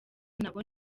nabwo